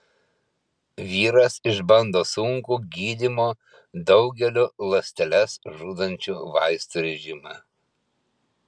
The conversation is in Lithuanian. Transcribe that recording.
vyras išbando sunkų gydymo daugeliu ląsteles žudančių vaistų režimą